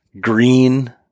green